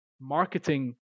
marketing